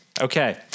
Okay